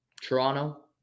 Toronto